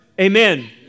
Amen